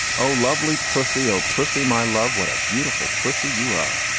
oh, lovely pussy. oh, pussy, my love. what a beautiful pussy you are.